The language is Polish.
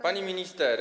Pani Minister!